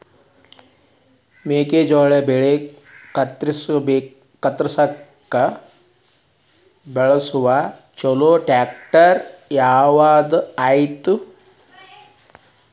ಗೋಂಜಾಳ ಬೆಳೆ ಕತ್ರಸಾಕ್ ಬಳಸುವ ಛಲೋ ಟ್ರ್ಯಾಕ್ಟರ್ ಯಾವ್ದ್ ಐತಿ?